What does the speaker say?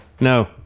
No